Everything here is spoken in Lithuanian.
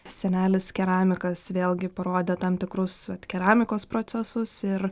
senelis keramikas vėlgi parodė tam tikrus vat keramikos procesus ir